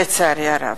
לצערי הרב.